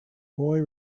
boy